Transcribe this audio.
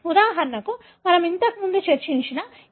ఉదాహరణకు మనము ఇంతకు ముందు చర్చించిన E